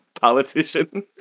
politician